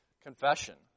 confession